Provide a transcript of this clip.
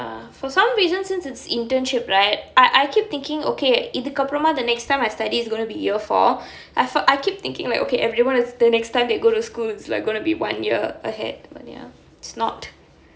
ah for some reason since it's internship right I I keep thinking okay it இதுக்கு அப்புறமா:ithuku appuramaa the next time I study it's gonna be year four I I keep thinking like okay everyone is still next time they go to school is like gonna be one year ahead but ya it's not